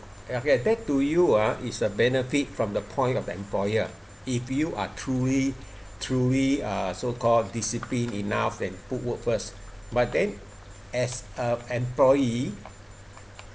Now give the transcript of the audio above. okay that to you ah is a benefit from the point of the employer if you are truly truly uh so called disciplined enough and put work first but then as a employee